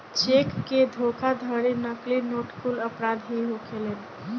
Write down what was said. check के धोखाधड़ी, नकली नोट कुल अपराध ही होखेलेन